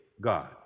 God